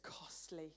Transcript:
costly